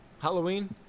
Halloween